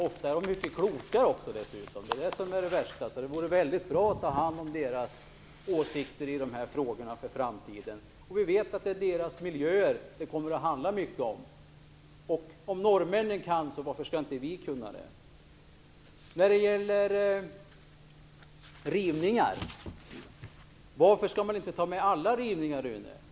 Ofta är de dessutom mycket klokare, vilket är det värsta. Det vore därför mycket bra att ta till vara deras åsikter i dessa frågor för framtiden. Vi vet att det är deras miljöer som det kommer att handla mycket om. Om norrmännen kan, så varför skulle inte vi kunna göra det? När det gäller rivningar undrar jag, Rune Evensson, varför man inte skall ta med alla rivningar.